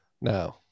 No